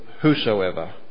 whosoever